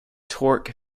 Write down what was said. torque